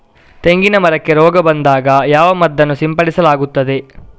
ತೆಂಗಿನ ಮರಕ್ಕೆ ರೋಗ ಬಂದಾಗ ಯಾವ ಮದ್ದನ್ನು ಸಿಂಪಡಿಸಲಾಗುತ್ತದೆ?